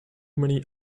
many